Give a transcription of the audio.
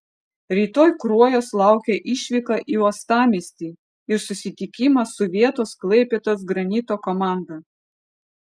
rytoj kruojos laukia išvyka į uostamiestį ir susitikimas su vietos klaipėdos granito komanda